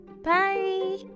Bye